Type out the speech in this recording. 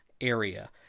area